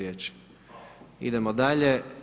Idemo dalje.